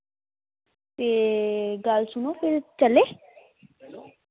ते गल्ल सुनो फिर चलें